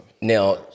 Now